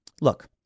Look